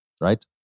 right